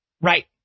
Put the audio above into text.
Right